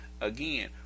Again